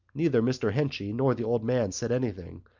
neither mr. henchy nor the old man said anything,